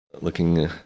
looking